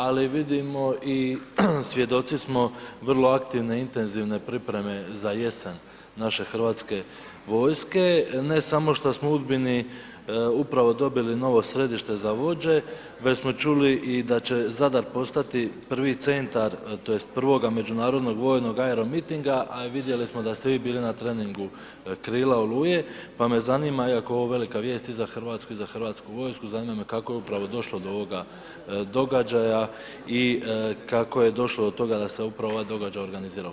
Ali vidimo i svjedoci smo vrlo aktivne i intenzivne pripreme za jesen naše Hrvatske vojske ne samo što smo u Udbini upravo dobili novo Središte za vođe, već smo čuli i da će Zadar postati prvi centar tj. prvog međunarodnog vojnog aeromitinga, a vidjeli smo da ste i vi bili na treningu „Krila oluje“, pa me zanima iako je ovo velika vijest i za Hrvatsku i za Hrvatsku vojsku, zanima me kako je upravo došlo do ovoga događaja i kako je došlo do toga da se upravo ovaj događaj organizira u Hrvatskoj.